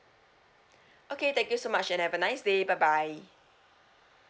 okay thank you so much and have a nice day bye bye